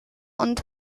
und